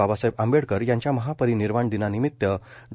बाबासाहेब आंबेडकर यांचा महापरिनिर्वाण दिनानिमित्त डॉ